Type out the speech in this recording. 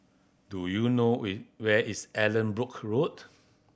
do you know where is Allanbrooke Road